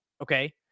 okay